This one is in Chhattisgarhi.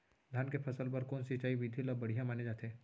धान के फसल बर कोन सिंचाई विधि ला बढ़िया माने जाथे?